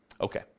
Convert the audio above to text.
Okay